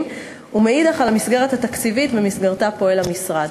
ומאידך על המסגרת התקציבית שבמסגרתה פועל המשרד.